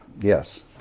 Yes